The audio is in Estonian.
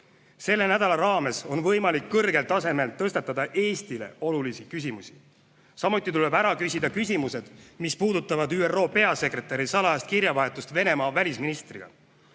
Selle nädala raames on võimalik kõrgel tasemel tõstatada Eestile olulisi küsimusi. Samuti tuleb ära küsida küsimused, mis puudutavad ÜRO peasekretäri salajast kirjavahetust Venemaa välisministriga.